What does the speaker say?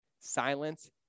silence